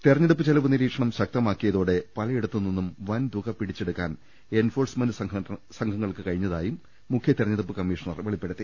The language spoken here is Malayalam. തെരഞ്ഞെടുപ്പ് ചെലവ് നിരീക്ഷണം ശക്തമാക്കിയതോടെ പലയിടത്തുനിന്നും വൻതുക പിടിച്ചെടു ക്കാൻ എൻഫോഴ്സ്മെന്റ് സംഘങ്ങൾക്ക് കഴിഞ്ഞതായും മുഖ്യ തെരഞ്ഞെ ടുപ്പ് കമ്മീഷണർ വെളിപ്പെടുത്തി